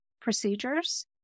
procedures